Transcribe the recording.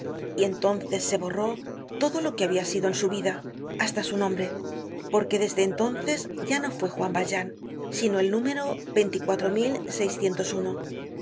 y entonces se borró todo lo que habia sido en su vida hasta su nombre porque desde entonces ya no fue juan valjean sino el número qué fue